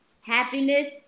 happiness